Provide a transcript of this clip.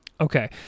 Okay